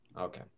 Okay